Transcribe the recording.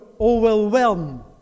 overwhelm